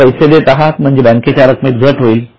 आपण पैसे देत आहोत म्हणजे बँकेच्या रकमेत घट होईल